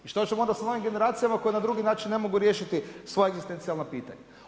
I što ćemo onda s novim generacijama koje na drugi način ne mogu riješiti svoja egzistencijalna pitanja.